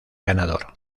ganador